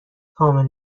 کامل